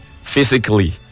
physically